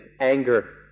anger